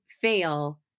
fail